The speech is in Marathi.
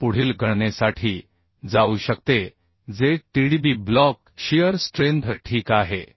ते पुढील गणनेसाठी जाऊ शकते जे TDB ब्लॉक शियर स्ट्रेंथ ठीक आहे